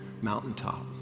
mountaintop